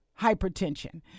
hypertension